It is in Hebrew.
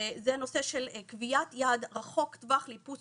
זה הנושא של קביעת יעד רחוק טווח לאיפוס